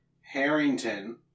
Harrington